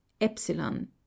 Epsilon